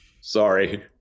Sorry